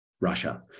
Russia